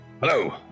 hello